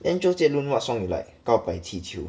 then 周杰伦 what song you like 告白气球